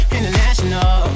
International